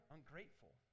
Ungrateful